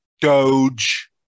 doge